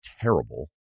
terrible